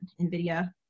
Nvidia